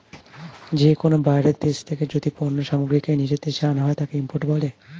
যে কোনো বাইরের দেশ থেকে যদি পণ্য সামগ্রীকে নিজের দেশে আনা হয়, তাকে ইম্পোর্ট বলে